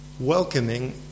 Welcoming